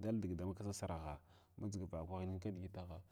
daldiʒ damaksa saraha madʒiga vakwahin nin kididgitaha.